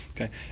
Okay